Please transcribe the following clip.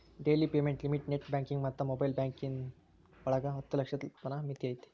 daily payment limit net banking ಮತ್ತ mobile banking ಒಳಗ ಹತ್ತ ಲಕ್ಷದ್ ತನ ಮಿತಿ ಐತಿ